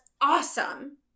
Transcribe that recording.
awesome